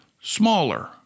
smaller